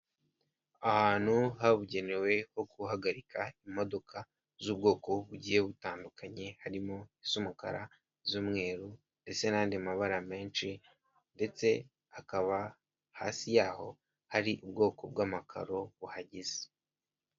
Ahantu habugenewe ho guhagarika imodoka z'ubwoko bugiye butandukanye harimo iz'umukara z'umweru ndetse n'andi mabara menshi ndetse hakaba hasi yaho hari ubwoko bw'amakaro buhagize.